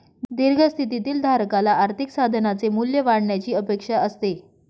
दीर्घ स्थितीतील धारकाला आर्थिक साधनाचे मूल्य वाढण्याची अपेक्षा असते